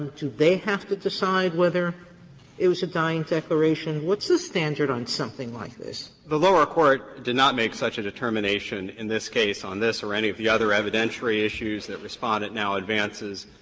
do they have to decide whether it was a dying declaration. what's the standard on something like this? shanmugam the lower court did not make such a determination in this case on this or any of the other evidentiary issues that respondent now advances,